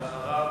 ואחריו,